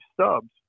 stubs